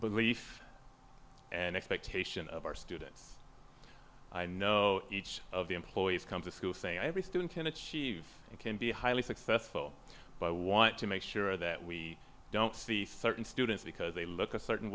belief and expectation of our students i know each of the employees come to school saying every student in achieve can be highly successful but i want to make sure that we don't see certain students because they look a certain